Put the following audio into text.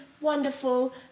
wonderful